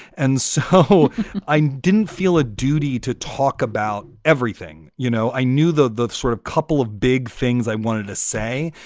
and so i didn't feel a duty to talk about everything. you know, i knew the the sort of couple of big things i wanted to say.